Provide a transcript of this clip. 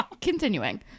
Continuing